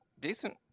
Decent